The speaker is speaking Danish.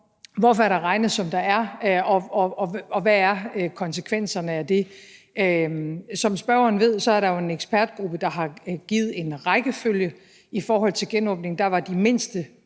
hvorfor der er regnet, som der er, og hvad konsekvenserne er af det, kan jeg sige, at som spørgeren ved, er der jo en ekspertgruppe, der har givet en rækkefølge i forhold til genåbningen, og der kom de mindste